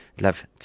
Love